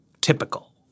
typical